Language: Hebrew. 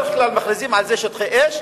בדרך כלל מכריזים על זה שטחי אש,